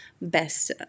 best